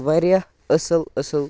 واریاہ اَصٕل اَصٕل